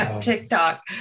TikTok